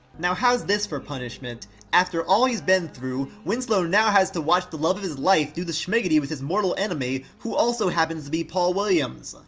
now how's this for punishment after all he's been through, winslow now has to watch the love of his life do the shmiggity with his mortal enemy, who also happens to be paul williams.